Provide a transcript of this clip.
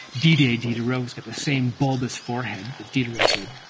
didier diderot, who's got the same bulbous forehead as diderot did.